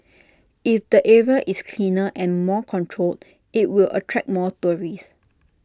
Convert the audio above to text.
if the area is cleaner and more controlled IT will attract more tourists